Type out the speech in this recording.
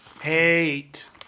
Hate